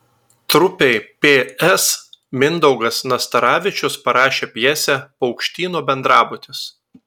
trupei ps mindaugas nastaravičius parašė pjesę paukštyno bendrabutis